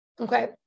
Okay